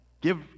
Give